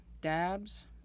dabs